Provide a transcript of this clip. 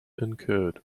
incurred